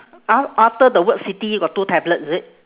!huh! after the word city got two tablet is it